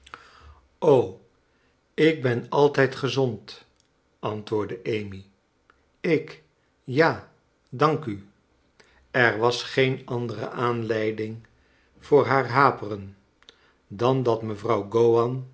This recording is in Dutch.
ik ben altijd gezond antwoordde amy ik ja dank u er was geen andere aanleiding voor haar haperen dan dat mevrouw